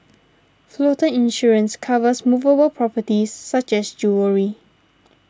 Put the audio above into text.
floater insurance covers movable properties such as jewellery